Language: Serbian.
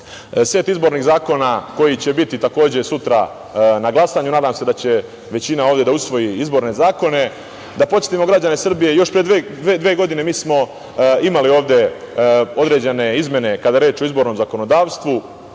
set izbornih zakona koji će biti takođe sutra na glasanju. Nadam se da će većina ovde da usvoji izborne zakone. Da podsetimo građane Srbije, još pre dve godine mi smo imali ovde određene izmene, kada je reč o izbornom zakonodavstvu.